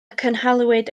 cynhaliwyd